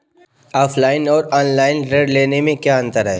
Offline और online ऋण लेने में क्या अंतर है?